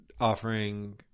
Offering